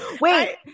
Wait